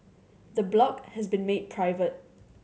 the blog has been made private